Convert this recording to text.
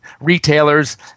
retailers